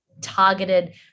targeted